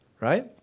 right